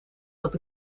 dat